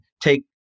take